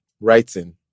writing